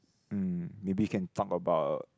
um maybe you can talk about